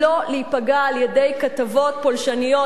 לא להיפגע על-ידי כתבות פולשניות,